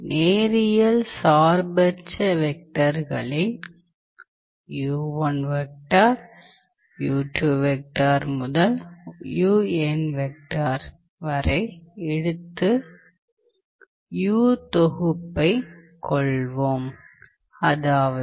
நேரியல் சார்பற்ற வெக்டர்களின் எடுத்துக் U தொகுப்பை கொள்வோம் அதாவது